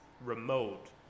remote